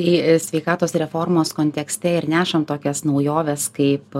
į sveikatos reformos kontekste ir nešant tokias naujoves kaip